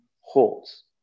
holds